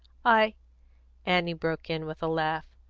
i annie broke in with a laugh.